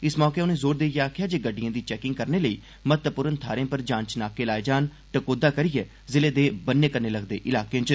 इस मौके उने जोर देईए आक्खेआ जे गड्डिएं दी चेंकिंग करने लेई महत्वपूर्ण थाहरें पर जांच नाके लाए जान टकोह्दा करिए ज़िले दे ब'न्ने कन्ने लगदे इलाकें च